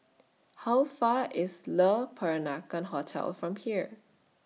How Far away IS Le Peranakan Hotel from here